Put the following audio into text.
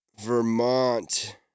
Vermont